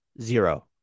zero